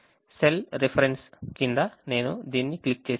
కాబట్టి cell reference కింద నేను దీన్ని క్లిక్ చేశాను